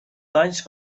faint